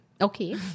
Okay